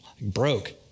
broke